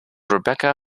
rebecca